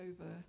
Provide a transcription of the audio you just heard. over